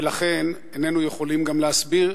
ולכן איננו יכולים גם להסביר,